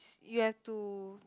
you have to